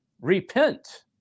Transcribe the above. repent